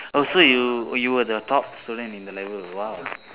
oh so you you were the top student in the level !wow!